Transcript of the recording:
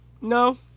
No